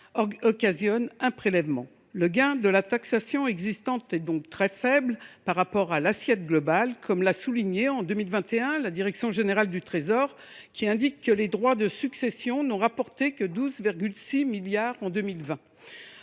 entraîne un prélèvement. Le gain de la taxation existante est donc très limité par rapport à l’assiette globale, comme l’a souligné en 2021 la direction générale du Trésor : les droits de succession n’ont rapporté que 12,6 milliards d’euros